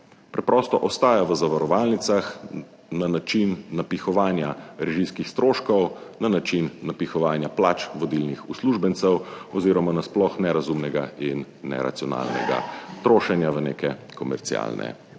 Preprosto ostaja v zavarovalnicah na način napihovanja režijskih stroškov, na način napihovanja plač vodilnih uslužbencev oziroma nasploh nerazumnega in neracionalnega trošenja v neke komercialne